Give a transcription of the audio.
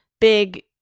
big